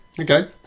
Okay